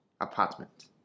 apartment